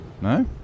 No